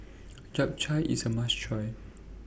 Japchae IS A must Try